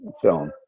film